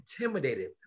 intimidated